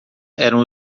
eram